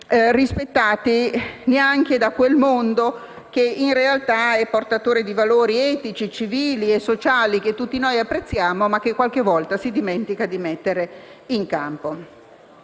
rispettati, neanche da quel mondo che, in realtà, è portatore di valori etici, civili e sociali, che tutti noi apprezziamo ma che, qualche volta, si dimentica di mettere in campo.